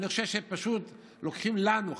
אני חושב שפשוט לוקחים לנו,